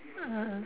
ah